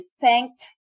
thanked